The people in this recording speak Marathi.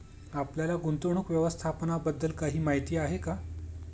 आपल्याला गुंतवणूक व्यवस्थापनाबद्दल काही माहिती आहे का?